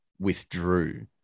withdrew